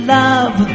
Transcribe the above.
love